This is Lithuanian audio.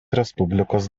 respublikos